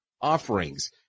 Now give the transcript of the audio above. offerings